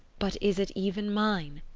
but is it even mine?